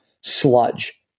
sludge